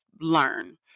learn